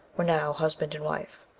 were now husband and wife.